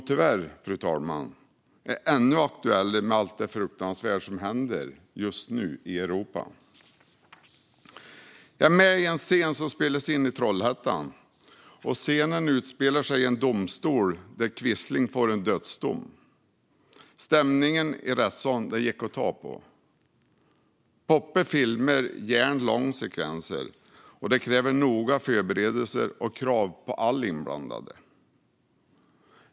Tyvärr, fru talman, är den än mer aktuell i och med allt det fruktansvärda som händer just nu i Europa. Jag är med i en scen som spelades in i Trollhättan. Scenen utspelar sig i en domstol där Quisling får sin dödsdom. Stämningen i rättssalen gick att ta på. Poppe filmar gärna långa sekvenser. Det kräver noggranna förberedelser och krav på alla inblandade.